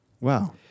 Wow